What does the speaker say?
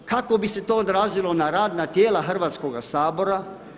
Kako bi se to odrazilo na radna tijela Hrvatskoga sabora?